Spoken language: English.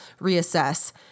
reassess